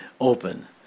open